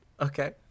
Okay